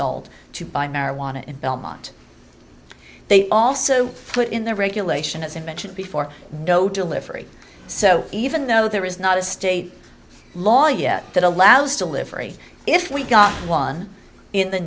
old to buy marijuana in belmont they also put in the regulation as i mentioned before no delivery so even though there is not a state law yet that allows delivery if we got one in the